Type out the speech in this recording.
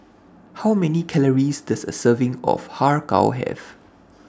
How Many Calories Does A Serving of Har Kow Have